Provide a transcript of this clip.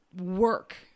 work